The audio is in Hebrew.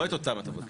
לא את אותן הטבות.